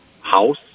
house